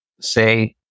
say